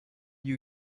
you